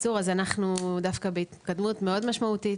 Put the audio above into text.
אנחנו דווקא בהתקדמות מאוד משמעותית